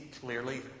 clearly